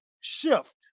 shift